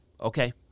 okay